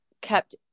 kept